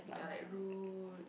ya like rude